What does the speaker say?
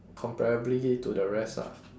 comparably to the rest ah